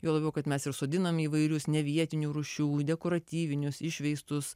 juo labiau kad mes ir sodinam įvairius nevietinių rūšių dekoratyvinius išveistus